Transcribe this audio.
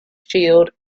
shield